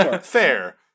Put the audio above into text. Fair